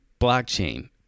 blockchain